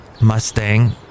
Mustang